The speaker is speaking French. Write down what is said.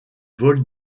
vol